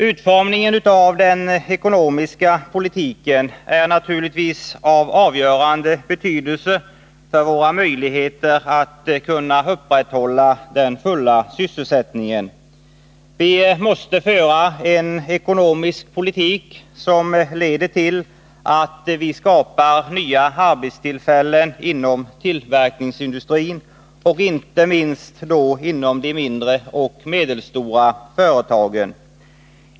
Utformningen av den ekonomiska politiken är naturligtvis av avgörande betydelse för våra möjligheter att upprätthålla den fulla sysselsättningen. Vi måste föra en ekonomisk politik som leder till att vi skapar nya arbetstillfällen inom tillverkningsindustrin och inte minst då inom de mindre och medelstora företagen.